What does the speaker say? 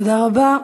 תודה רבה.